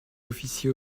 officier